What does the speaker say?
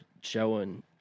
showing